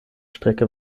strecke